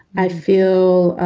i feel,